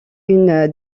une